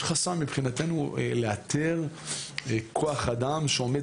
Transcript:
יש חסם מבחינתנו לאתר כוח אדם שעומד